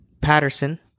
Patterson